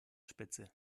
spitze